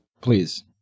Please